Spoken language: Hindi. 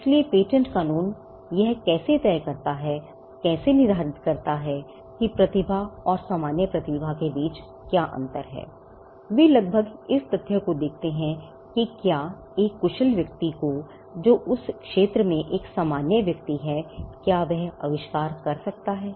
इसलिए पेटेंट कानून यह कैसे तय करता हैकैसे निर्धारित करता है कि प्रतिभा और सामान्य प्रतिभा के बीच अंतर है वे लगभग इस तथ्य को देखते हैं कि क्या एक कुशल व्यक्ति जो उस क्षेत्र में एक सामान्य व्यक्ति है क्या वह अविष्कार कर सकता है